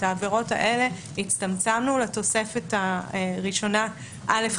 את העבירות האלה הצטמצמנו לתוספת הראשונה א',